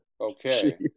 okay